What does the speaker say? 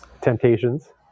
Temptations